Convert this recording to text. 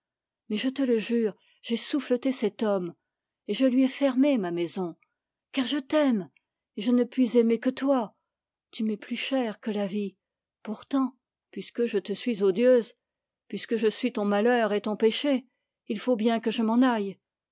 mais je te le jure j'ai souffleté cet homme et je lui ai fermé ma maison car je t'aime et je ne puis aimer que toi tu m'es plus cher que la vie pourtant puisque je te suis odieuse puisque je suis ton malheur et ton péché il faut bien que je m'en aille